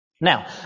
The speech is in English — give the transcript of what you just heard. Now